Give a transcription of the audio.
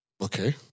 Okay